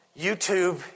YouTube